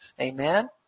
Amen